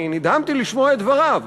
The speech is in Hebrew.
אני נדהמתי לשמוע את דבריו,